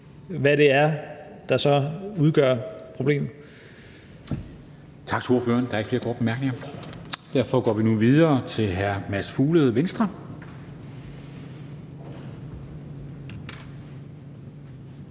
Formanden (Henrik Dam Kristensen): Tak til ordføreren. Der er ikke flere korte bemærkninger. Derfor går vi nu videre til hr. Mads Fuglede, Venstre. Kl.